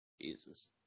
Jesus